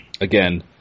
again